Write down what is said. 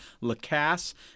LaCasse